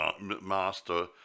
master